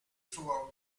throughout